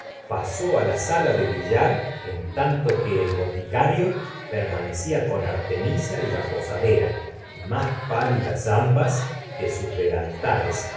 pasó á la sala de billar en tanto que el boticario permanecía con artemisa y la posadera más pálidas ambas que sus delantales